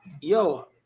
Yo